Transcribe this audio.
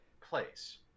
place